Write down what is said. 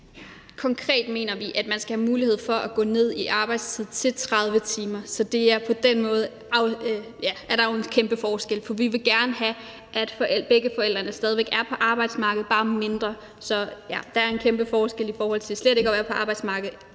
Konkret mener vi, at man skal have mulighed for at gå ned i arbejdstid til 30 timer om ugen. Så på den måde er der jo en kæmpe forskel, for vi vil gerne have, at begge forældre stadig væk er på arbejdsmarkedet, bare i mindre tid. Der er en kæmpe forskel på slet ikke at være på arbejdsmarkedet